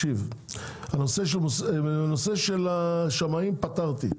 את הנושא של השמאים פתרתי.